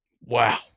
Wow